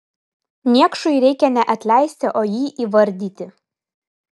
niekšui reikia ne atleisti o jį įvardyti